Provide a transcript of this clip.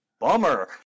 bummer